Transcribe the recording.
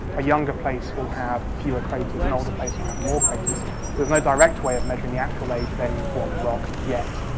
a younger place will have fewer craters, an older place will have more craters. but there's no direct way of measuring the actual age of any one rock, yet.